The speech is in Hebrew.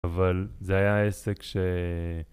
אבל זה היה עסק ש...